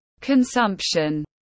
consumption